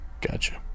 Gotcha